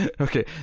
Okay